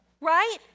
Right